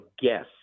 guess